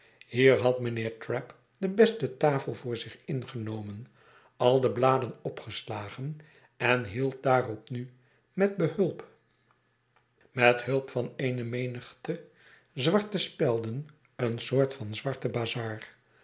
hier had mynheer trabb de beste tafel voor zich ingenomen al de bladen opgeslagen en hield daarop nu met hulp van eene menigte zwarte spelden eene soort van zwarte bazar